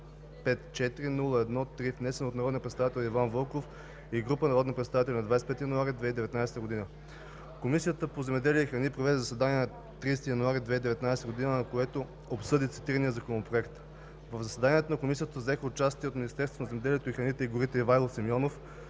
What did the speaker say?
954-01-3, внесен от народния представител Иван Вълков и група народни представители на 25 януари 2019 г. Комисията по земеделието и храните проведе заседание на 30 януари 2019 г., на което обсъди цитирания законопроект. В заседанието на Комисията взеха участие от Министерството на земеделието, храните и горите: Ивайло Симеонов